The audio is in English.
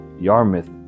Yarmouth